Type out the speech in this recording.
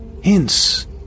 hints